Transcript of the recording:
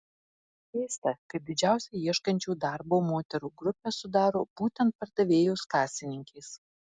keista kad didžiausią ieškančių darbo moterų grupę sudaro būtent pardavėjos kasininkės